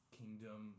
kingdom